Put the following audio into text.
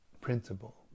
principle